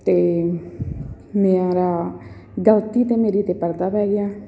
ਅਤੇ ਮੇਰਾ ਗਲਤੀ 'ਤੇ ਮੇਰੀ 'ਤੇ ਪਰਦਾ ਪੈ ਗਿਆ